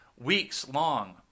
weeks-long